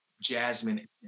Jasmine